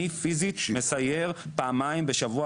אני פיסית מסייר פעמיים בשבוע,